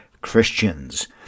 Christians